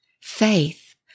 Faith